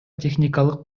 техникалык